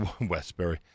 Westbury